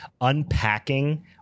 unpacking